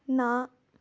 ਨਾ